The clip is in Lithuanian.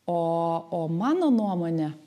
o o mano nuomone